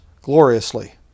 gloriously